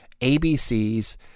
ABCs